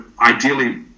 ideally